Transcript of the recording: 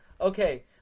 Okay